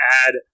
add